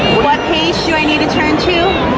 what page do i need to turn to,